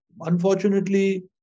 Unfortunately